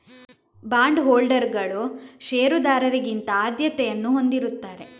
bond ಹೋಲ್ಡರುಗಳು ಷೇರುದಾರರಿಗಿಂತ ಆದ್ಯತೆಯನ್ನು ಹೊಂದಿರುತ್ತಾರೆ